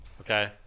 Okay